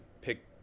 pick